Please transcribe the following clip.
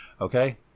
okay